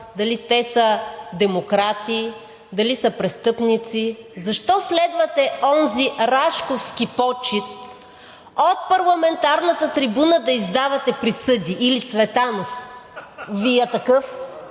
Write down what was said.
дали те са демократи, дали са престъпници. Защо следвате онзи рашковски почин – от парламентарната трибуна да издаване присъди? Или Цветанов Ви е такъв?